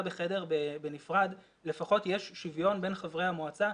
בחדר בנפרד לפחות יש שוויון בין חברי המועצה,